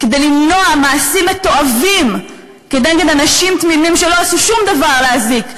כדי למנוע מעשים מתועבים כנגד אנשים תמימים שלא עשו שום דבר להזיק,